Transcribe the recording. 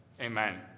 Amen